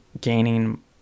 gaining